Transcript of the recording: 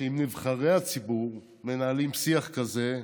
אם נבחרי הציבור מנהלים שיח כזה,